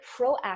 proactive